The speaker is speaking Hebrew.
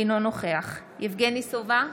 אינו נוכח יבגני סובה,